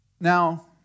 Now